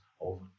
over